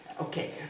Okay